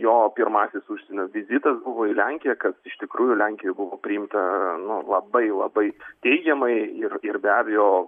jo pirmasis užsienio vizitas buvo į lenkiją kad iš tikrųjų lenkijoj buvo priimta nu labai labai teigiamai ir ir be abejo